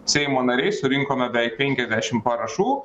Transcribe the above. seimo nariai surinkome beveik penkiasdešim parašų